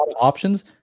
options